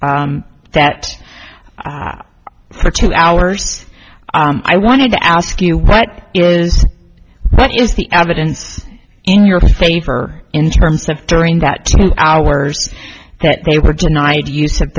paths that for two hours i want to ask you what is what is the evidence in your favor in terms of during that two hours that they were denied use of